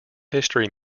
history